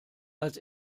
als